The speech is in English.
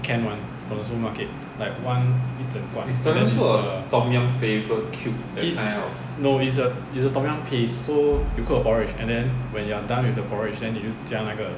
can [one] from the supermarket like one 一整罐 is a no is a is a tom yum paste so you cook the porridge and then when you are done with the porridge then 你就加那个